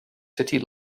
city